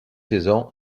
saison